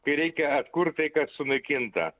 kai reikia atkurt tai kas sunaikinta